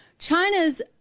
China's